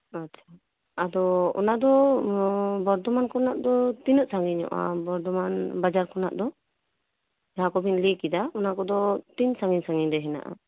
ᱟᱪᱪᱷᱟ ᱟᱫᱚ ᱚᱱᱟᱫᱚ ᱵᱚᱨᱫᱷᱚᱢᱟᱱ ᱠᱷᱚᱱᱟᱜ ᱫᱚ ᱛᱤᱱᱟᱹᱜ ᱥᱟᱺᱜᱤᱧᱚᱜᱼᱟ ᱵᱚᱨᱫᱷᱚᱢᱟᱱ ᱵᱟᱡᱟᱨ ᱠᱷᱚᱱᱟᱜ ᱫᱚ ᱡᱟᱦᱟᱸ ᱠᱚᱵᱤᱱ ᱞᱟᱹᱭ ᱠᱮᱫᱟ ᱚᱱᱟ ᱠᱚᱫᱚ ᱛᱤᱱᱟᱹᱜ ᱛᱤᱱᱟᱹᱜ ᱥᱟᱺᱜᱤᱧᱼᱥᱟᱺᱜᱤᱧ ᱨᱮ ᱦᱮᱱᱟᱜᱼᱟ ᱟᱪᱪᱷᱟ